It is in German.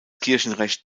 kirchenrecht